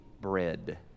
bread